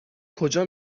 کجا